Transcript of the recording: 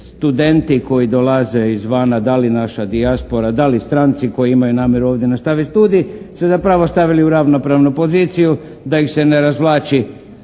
studenti koji dolaze izvana, da li naša dijaspora, da li stranci koji imaju namjeru ovdje nastaviti studij ste zapravo stavili u ravnopravnu poziciju da ih se ne razvlači